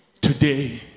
Today